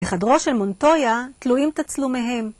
בחדרו של מונטויה תלויים תצלומיהם.